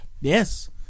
yes